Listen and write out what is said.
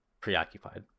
preoccupied